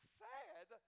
sad